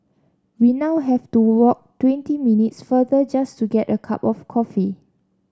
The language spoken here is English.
we now have to walk twenty minutes farther just to get a cup of coffee